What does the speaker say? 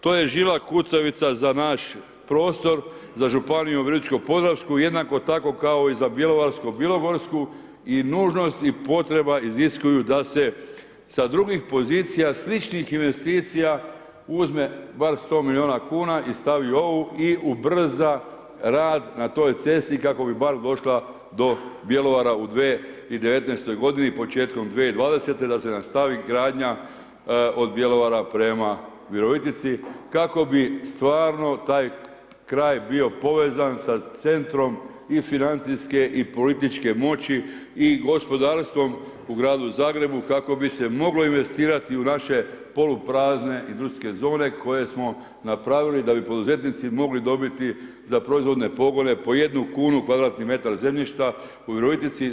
To je žila kucavica za naš prostor, za županiju Virovitičku podravsku, jednako tako kao i za Bjelovarsko bilogorsku i nužnosti potreba iziskuju da se sa drugih pozicija, sličnih pozicija, uzme bar 100 milijuna kn i stavi u ovu i ubrza rad na toj cesti, kako bi bar došla do Bjelovara u 2019. g. početkom 2020. da se nastavi gradnja od Bjelovara prema Virovitici, kako bi stvarno taj kraj bio povezan sa centrom i financijske i političke moći i gospodarstvom u Gradu Zagrebu, kako bi se moglo investirati u naše poluprazne industrijske zone, koje smo napravili da bi poduzetnici mogli dobiti za proizvode pogone po 1 kn kvadratni metar zemljišta u Virovitici.